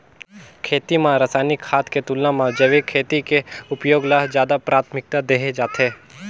खेती म रसायनिक खाद के तुलना म जैविक खेती के उपयोग ल ज्यादा प्राथमिकता देहे जाथे